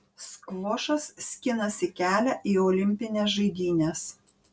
skvošas skinasi kelią į olimpines žaidynes